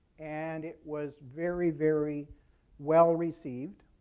and it was very, very well received.